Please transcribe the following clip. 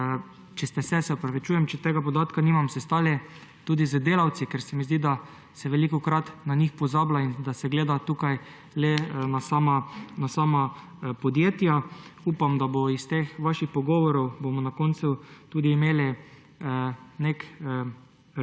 če ste se, se opravičujem, če tega podatka nimam – sestali tudi z delavci, ker se mi zdi, da se velikokrat na njih pozablja in da se gleda tukaj le na sama podjetja. Upam, da bomo iz teh vaših pogovorov na koncu tudi imeli nek